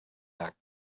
back